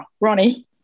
Ronnie